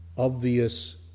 Obvious